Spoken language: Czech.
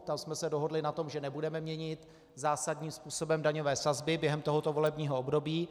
Tam jsme se dohodli na tom, že nebudeme měnit zásadním způsobem daňové sazby během tohoto volebního období.